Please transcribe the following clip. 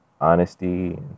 honesty